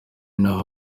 naho